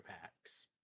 packs